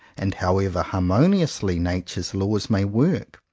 and however harmoniously nature's laws may work,